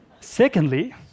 Secondly